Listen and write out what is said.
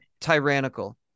tyrannical